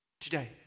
today